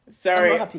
Sorry